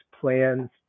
plans